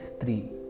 three